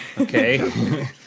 Okay